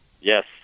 Yes